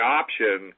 option